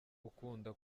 ukunda